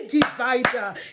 divider